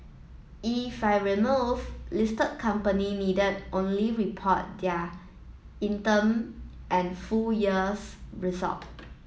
if removed listed companies need only report their interim and full years results